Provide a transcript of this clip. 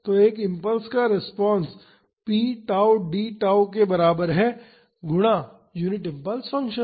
तो एक इम्पल्स का response p tau d tau के बराबर है गुणा यूनिट इम्पल्स फंक्शन